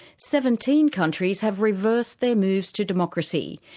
seventeen countries have reversed their moves to democracy,